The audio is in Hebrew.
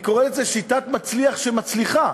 אני קורא לזה שיטת "מצליח", שמצליחה,